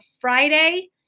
Friday